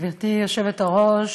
גברתי היושבת-ראש,